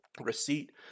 receipt